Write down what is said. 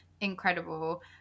incredible